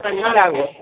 ಸರಿ ನಾಳೆ ಆಗ್ಬೌದು ಸರ್